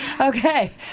okay